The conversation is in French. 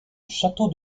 château